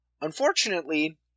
Unfortunately